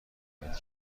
حمایت